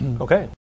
Okay